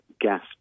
gas